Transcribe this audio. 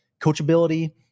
coachability